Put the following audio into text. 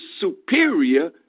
superior